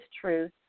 truth